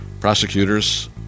prosecutors